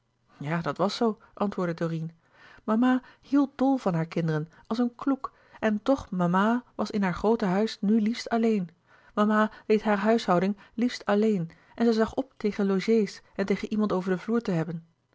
ja dat was zoo antwoordde dorine mama hield dol van hare kinderen als een kloek en toch mama was in haar groote huis nu liefst alleen mama deed hare huishouding liefst alleen en zij zag op tegen logé's en tegen iemand over den vloer te hebben